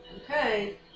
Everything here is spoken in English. Okay